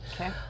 Okay